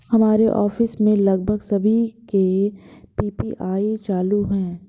हमारे ऑफिस में लगभग सभी के पी.पी.आई चालू है